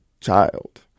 child